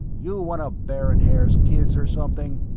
you one of baron haer's kids, or something?